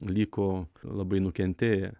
liko labai nukentėję